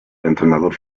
entrenador